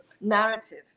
narrative